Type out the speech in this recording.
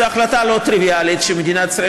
זו החלטה לא טריוויאלית שמדינת ישראל,